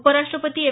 उपराष्ट्रपती एम